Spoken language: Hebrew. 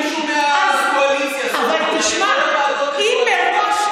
רגע, אבל אתמול, מישהו מהקואליציה.